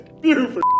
Beautiful